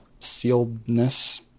Sealedness